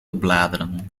bladeren